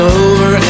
over